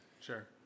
Sure